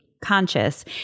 conscious